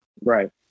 Right